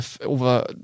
over